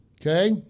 Okay